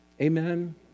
Amen